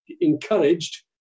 encouraged